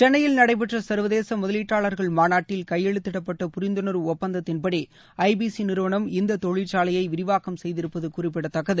சென்னையில் நடைபெற்ற சா்வதேச முதலீட்டாளா்கள் மாநாட்டில் கையெழுத்திடப்பட்ட புரிந்துணா்வு ஒப்பந்தத்தின்படி ஐ பி சி நிறுவனம் இந்த தொழிற்சாலையை விரிவாக்கம் செய்திருப்பது குறிப்பிடத்தக்கது